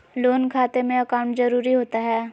Loan खाते में account जरूरी होता है?